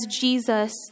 Jesus